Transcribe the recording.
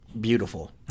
beautiful